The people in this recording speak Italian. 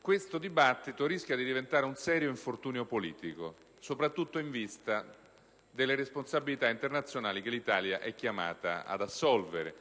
questo dibattito rischia di diventare un serio infortunio politico, in vista soprattutto delle responsabilità internazionali che l'Italia è chiamata ad assolvere